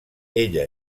ella